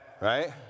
right